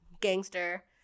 gangster